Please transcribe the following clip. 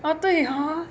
哦对 hor